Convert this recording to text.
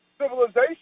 civilization